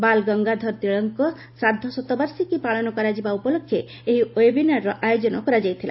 ବାଲ୍ ଗଙ୍ଗାଧର ତିଳକଙ୍କ ଶ୍ରାଦ୍ଧ ଶତବାର୍ଷିକୀ ପାଳନ କରାଯିବା ଉପଲକ୍ଷେ ଏହି ଓ୍ୱେବିନାରର ଆୟୋଜନ କରାଯାଇଥିଲା